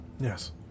Yes